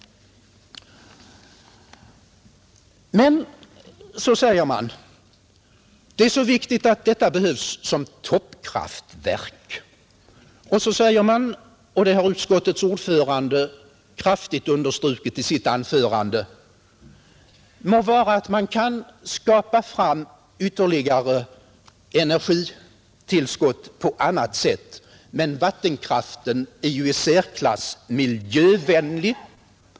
Det sägs också att Ritsem behövs som toppkraftverk och att detta är mycket viktigt. Likaså har det understrukits — och det gjorde också utskottets ordförande mycket kraftigt i sitt anförande — att det må så vara att man kan få fram ytterligare energitillskott på annat sätt, men vattenkraften är den i särklass mest miljövänliga.